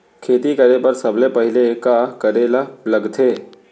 खेती करे बर सबले पहिली का करे ला लगथे?